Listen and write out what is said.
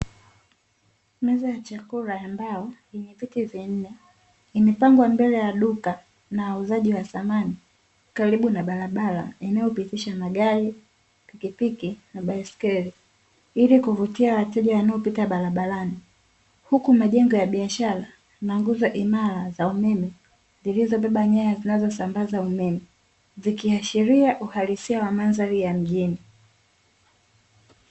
Meza ya chakula ya mbao, viti vinne, imepangwa mbele ya duka na wauzaji wa samani karibu na barabara inayopitisha magari, pikipiki na baiskeli ili kuvutia wateja wanaopita barabarani, huku majengo ya biashara na nguzo imara za umeme, zilizobeba nyaya zinazosambaza umeme zikiashiria uhalisia wa mandhari ya mjini.